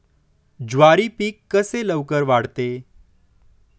ज्वारी पीक कसे लवकर वाढते?